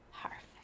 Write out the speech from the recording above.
Perfect